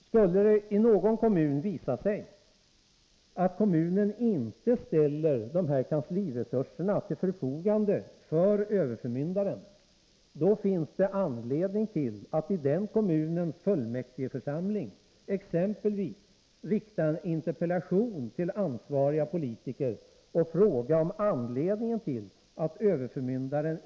Skulle någon kommun inte ställa dessa kansliresurser till överförmyndarens förfogande, finns det anledning att i kommunfullmäktige exempelvis interpellera ansvariga politiker i frågan.